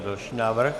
Další návrh.